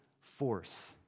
force